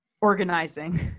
organizing